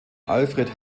alfred